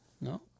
No